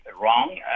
wrong